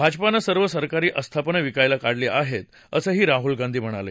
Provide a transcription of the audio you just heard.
भाजपानं सर्व सरकारी आस्थापन विकायला काढली आहेतअसंही राहुल म्हणाले